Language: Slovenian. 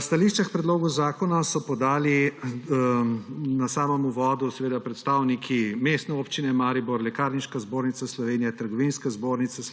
Stališča k predlogu zakona so v uvodu podali predstavniki Mestne občine Maribor, Lekarniške zbornice Slovenije, Trgovinske zbornice Slovenije,